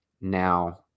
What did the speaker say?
now